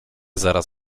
zaraz